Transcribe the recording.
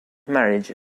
marriage